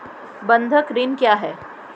बंधक ऋण क्या है?